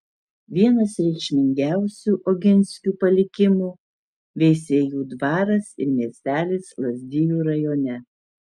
vienas reikšmingiausių oginskių palikimų veisiejų dvaras ir miestelis lazdijų rajone